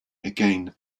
again